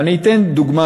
אבל אני אתן דוגמה,